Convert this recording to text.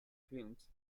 films